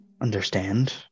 understand